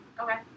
Okay